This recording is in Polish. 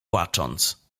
płacząc